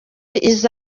izo